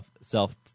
self